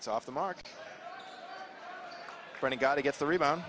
it's off the mark when i got to get the rebound